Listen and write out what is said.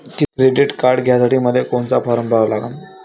Credit card घ्यासाठी मले कोनचा फारम भरा लागन?